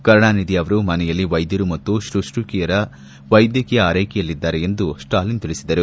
ಕರುಣಾನಿಧಿ ಅವರು ಮನೆಯಲ್ಲಿ ವೈದ್ಯರು ಮತ್ತು ಶುಶೂಶಕಿಯರ ವೈದ್ಯಕೀಯ ಆರ್ಚೆಕೆಯಲ್ಲಿದ್ದಾರೆ ಎಂದು ಸ್ನಾಲಿನ್ ತಿಳಿಸಿದರು